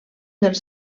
dels